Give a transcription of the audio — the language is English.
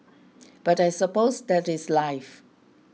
but I suppose that is life